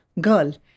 girl